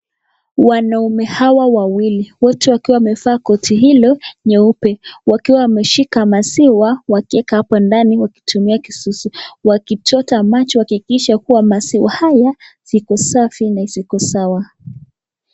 Wanaume hawa wawili. Wote wakiwa wamevaa koti hilo nyeupe, wakiwa wameshika maziwa, wakieka hapo ndani wakitumia kisusi. Wakichota maji kuhakikisha kuwa maziwa haya, ziko safi na ziko sawa.